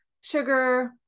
sugar